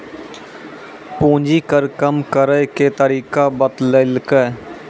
पूंजी कर कम करैय के तरीका बतैलकै